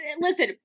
Listen